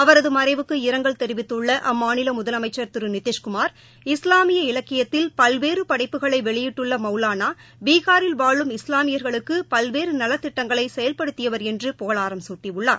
அவரது மறைவுக்கு இரங்கல் தெரிவித்துள்ள அம்மாநில முதலமைச்ச் திரு நிதிஷ்குமார் இஸ்லாமிய இலக்கியத்தில் பல்வேறு படைப்புகளை வெளியிட்டுள்ள மௌலானா பீகாரில் வாழும் இஸ்லாமியர்களுக்கு பல்வேறு நலத்திட்டங்களை செயல்படுத்தியவர் என்று புகழாரம் சூட்டியுள்ளார்